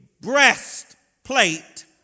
breastplate